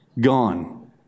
Gone